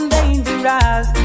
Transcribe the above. Dangerous